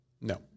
No